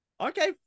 okay